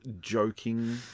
joking